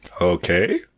Okay